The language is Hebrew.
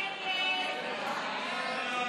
הצעת סיעת ימינה להביע